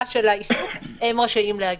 - רשאים להגיע.